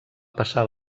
passar